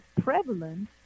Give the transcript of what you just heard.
prevalent